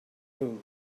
noon